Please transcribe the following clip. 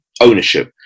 ownership